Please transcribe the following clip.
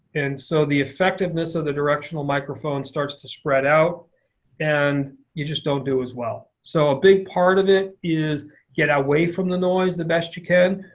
and so the effectiveness of the directional microphone starts to spread out and you just don't do as well. so a big part of it is get away from the noise the best you can.